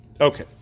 Okay